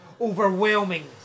overwhelming